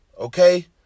okay